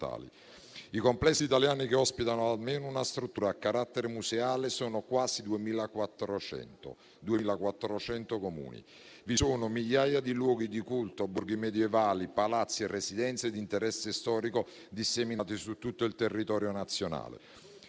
I Comuni italiani che ospitano almeno una struttura a carattere museale sono quasi 2.400. Vi sono migliaia di luoghi di culto, borghi medievali, palazzi e residenze di interesse storico, disseminati su tutto il territorio nazionale.